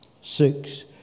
Six